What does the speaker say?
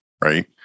Right